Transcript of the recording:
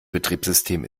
betriebssystem